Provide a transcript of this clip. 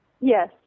Yes